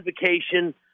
vacation